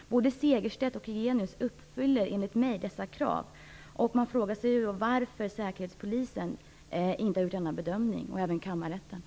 Både Jigenius och Segerstedt uppfyller enligt min uppfattning dessa krav, och jag frågar mig då varför Säkerhetspolisen och kammarrätten inte har gjort denna bedömning.